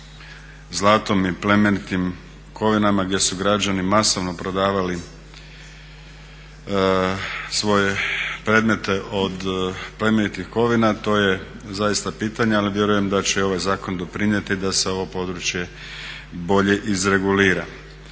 zlatom i plemenitim kovinama gdje su građani masovno prodavali svoje predmete od plemenitih kovina to je zaista pitanje. Ali vjerujem da će ovaj zakon doprinijeti da se ovo područje bolje izregulira.